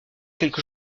quelque